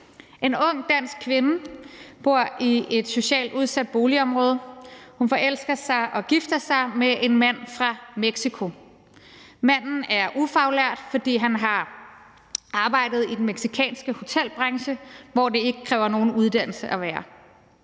En ung dansk kvinde bor i et socialt udsat boligområde. Hun forelsker sig i og gifter sig med en mand fra Mexico. Manden er ufaglært, fordi han har arbejdet i den mexicanske hotelbranche, som ikke kræver nogen uddannelse. Det